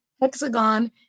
Hexagon